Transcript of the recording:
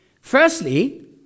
firstly